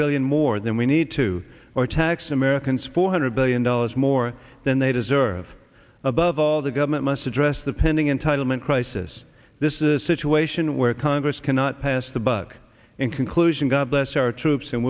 billion more than we need to or tax americans four hundred billion dollars more then they deserve above all the government must address the pending entitlement crisis this is a situation where congress cannot pass the buck in conclusion god bless our troops and